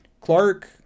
Clark